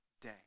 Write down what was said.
day